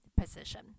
position